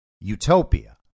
utopia